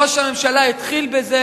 ראש הממשלה התחיל בזה.